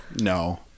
No